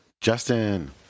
Justin